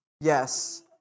Yes